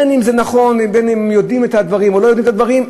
בין שזה נכון ובין שיודעים את הדברים או לא יודעים את הדברים,